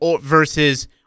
versus